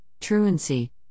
truancy